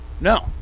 No